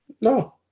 no